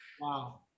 wow